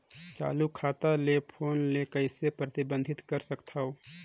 चालू खाता ले फोन ले कइसे प्रतिबंधित कर सकथव?